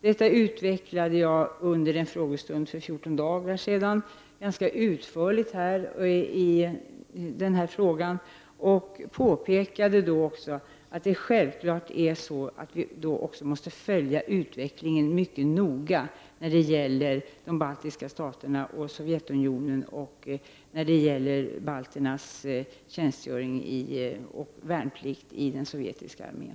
Detta utvecklade jag ganska utförligt under en frågestund för 14 dagar sedan, och jag påpekade också att det är självklart att vi måste följa utvecklingen mycket noga när det gäller de baltiska staterna och Sovjetunionen och när det gäller balternas tjänstgöring och värnplikt i den sovjetiska armén.